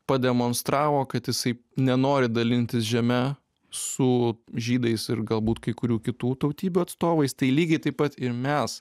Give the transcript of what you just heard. pademonstravo kad jisai nenori dalintis žeme su žydais ir galbūt kai kurių kitų tautybių atstovais tai lygiai taip pat ir mes